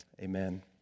Amen